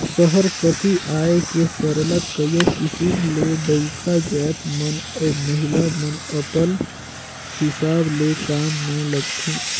सहर कती आए के सरलग कइयो किसिम ले डउका जाएत मन अउ महिला मन अपल हिसाब ले काम में लगथें